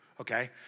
okay